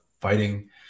fighting